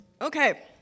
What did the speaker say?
Okay